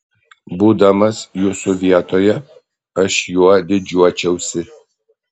būdamas jūsų vietoje aš juo didžiuočiausi